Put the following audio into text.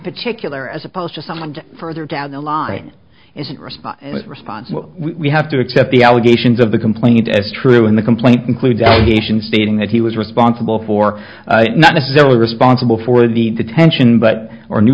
particular as opposed to someone further down the line is response we have to accept the allegations of the complaint as true in the complaint includes allegations stating that he was responsible for not necessarily responsible for the detention but or knew